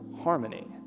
harmony